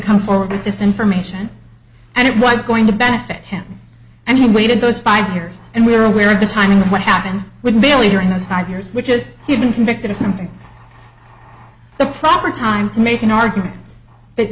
come forward with this information and it was going to benefit him and he waited those five years and we're aware of the timing of what happened with billy during those five years which is he's been convicted of something the proper time to make an argument that